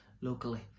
locally